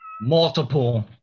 multiple